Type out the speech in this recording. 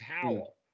towel